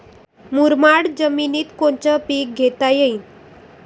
मुरमाड जमिनीत कोनचे पीकं घेता येईन?